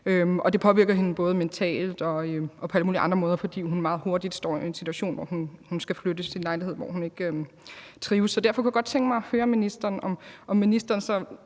det påvirker hende både mentalt og på alle mulige andre måder, fordi hun står i en situation, hvor hun meget hurtigt skal fraflytte sin lejlighed, fordi hun ikke trives. Derfor kunne jeg godt tænke mig at høre ministeren,